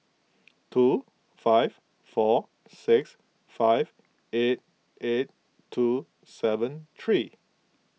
two five four six five eight eight two seven three